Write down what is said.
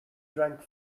drank